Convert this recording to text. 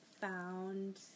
found